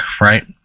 right